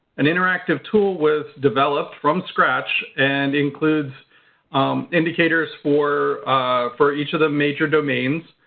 an interactive tool was developed from scratch and includes indicators for for each of the major domains.